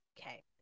okay